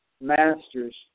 masters